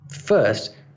first